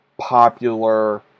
popular